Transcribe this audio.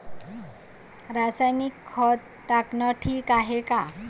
रासायनिक खत टाकनं ठीक हाये का?